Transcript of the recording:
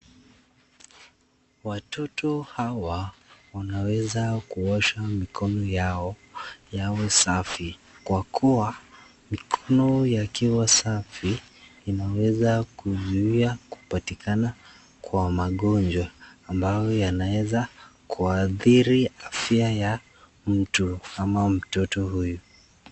Watoto hawa wanaweza kuosha mikono yao yawe safi. Kwa kuwa mikono yakiwa safi, inaweza kuzuia kupatikana kwa magonjwa ambao yanaweza kuadhiri afya ya mtu ama mtoto huyu.